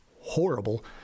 horrible